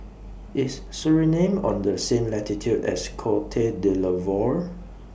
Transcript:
IS Suriname on The same latitude as Cote D'Ivoire